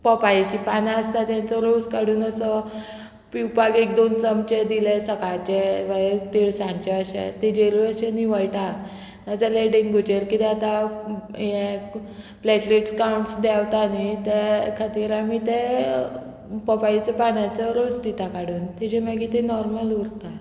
पोपायेचीं पानां आसता तेंचो रोस काडून असो पिवपाक एक दोन चमचे दिले सकाळचे मागीर तिळसांजचे अशें तेजेरूय अशे निवयटा नाजाल्यार डेंगूचेर कितें जाता हें प्लेटलेट्स कावंट्स देंवता न्ही त्या खातीर आमी ते पोपायेचो पानांचो रोस दिता काडून तेजे मागीर ते नॉर्मल उरता